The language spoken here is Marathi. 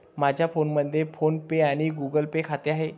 माझ्या फोनमध्ये फोन पे आणि गुगल पे खाते आहे